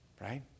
Right